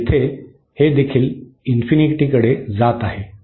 तर येथे हे देखील कडे जात आहे